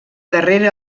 darrere